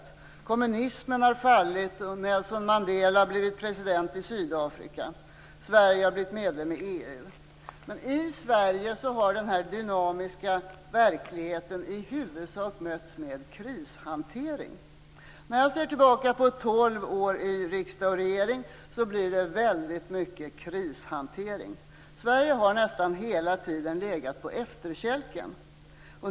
Kommunismen har fallit, och Nelson Mandela har blivit president i Sydafrika. Sverige har blivit medlem i EU. Men i Sverige har denna dynamiska verklighet i huvudsak mötts med krishantering. När jag ser tillbaka på 12 år i riksdag och regering handlar det väldigt mycket om krishantering. Sverige har nästan hela tiden legat på efterkälken.